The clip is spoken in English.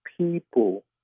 people